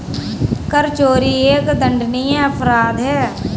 कर चोरी एक दंडनीय अपराध है